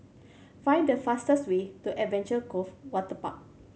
find the fastest way to Adventure Cove Waterpark